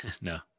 No